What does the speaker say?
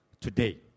today